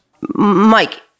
Mike